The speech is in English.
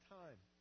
time